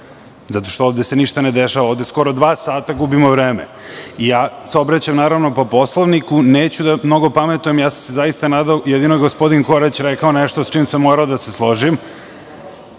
zato što se ovde ništa ne dešava, ovde skoro dva sata gubimo vreme i ja se obraćam naravno po Poslovniku, neću da mnogo pametujem, zaista sam se nadao, jedino je gospodin Korać rekao nešto sa čim sam morao da se složim. Bilo